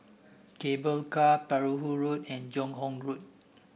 Cable Car Perahu Road and Joo Hong Road